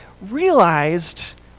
realized